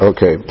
Okay